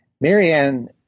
Marianne